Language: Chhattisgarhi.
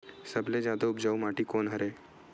सबले जादा उपजाऊ माटी कोन हरे?